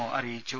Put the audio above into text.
O അറിയിച്ചു